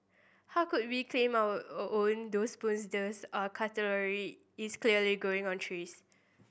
how could we claim our own those spoons these are cutlery is clearly growing on trees